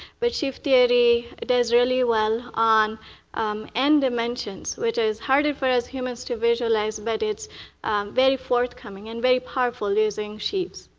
but shift theory does really well on end dimensions, which is harder for us humans to visualize, but it's very forth coming and very powerful using sheaths.